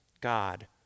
god